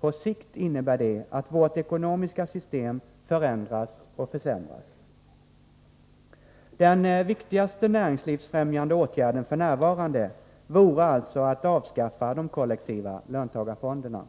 På sikt innebär det att vårt ekonomiska system förändras och försämras. Den viktigaste näringslivsfrämjande åtgärden f.n. vore alltså att avskaffa de kollektiva löntagarfonderna.